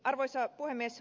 arvoisa puhemies